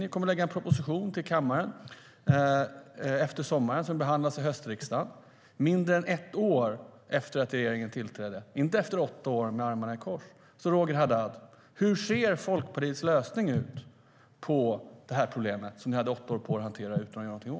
Vi kommer att lägga fram en proposition för kammaren efter sommaren som får behandlas av höstriksdagen mindre än ett år efter att regeringen tillträdde, inte efter åtta år med armarna i kors.